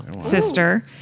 sister